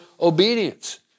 obedience